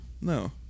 No